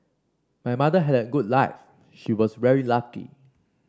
my mother had a good life she was very lucky